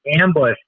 ambush